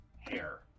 hair